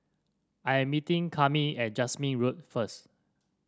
I am meeting Cami at Jasmine Road first